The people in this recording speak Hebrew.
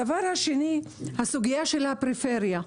לגבי הסוגייה של הפריפריה.